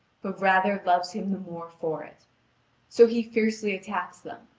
but rather loves him the more for it so he fiercely attacks them,